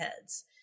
heads